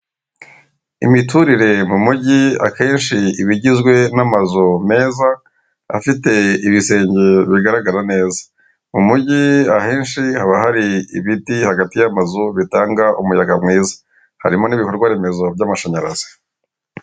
Imiturire mu mujyi akenshi iba igizwe n'amazu meza afite ibisenge bigaragara neza mu mujyi ahenshi haba hari ibiti hagati y'amazu bitanga umuyaga mwiza harimo n'ibikorwa remezo by'amashanyarazi .